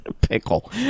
Pickle